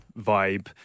vibe